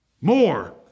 More